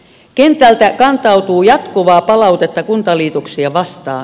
kentältä kantautuu jatkuvaa palautetta kuntaliitoksia vastaan